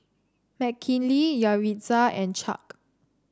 Mckinley Yaritza and Chuck